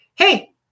Hey